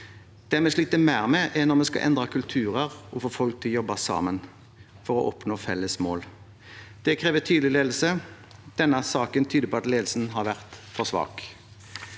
Det vi sliter mer med, er å endre kulturer og få folk til å jobbe sammen for å oppnå felles mål. Det krever tydelig ledelse. Denne saken tyder på at ledelsen har vært for svak.